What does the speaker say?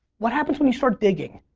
what happens when you start digging?